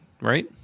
right